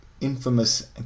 infamous